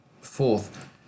Fourth